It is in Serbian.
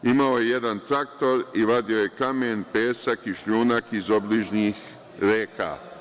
Imao je jedan traktor i vadio je kamen, pesak i šljunak iz obližnjih reka.